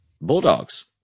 Bulldogs